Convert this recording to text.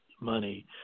money